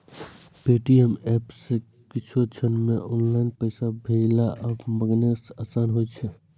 Paytm app सं किछुए क्षण मे ऑनलाइन पैसा भेजनाय आ मंगेनाय आसान होइ छै